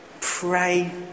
Pray